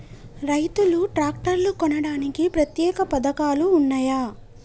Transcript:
రైతులు ట్రాక్టర్లు కొనడానికి ప్రత్యేక పథకాలు ఉన్నయా?